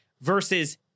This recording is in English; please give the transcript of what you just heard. Versus